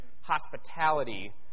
hospitality